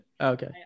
Okay